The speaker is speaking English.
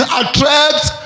attracts